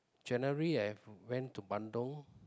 January I went to Bandung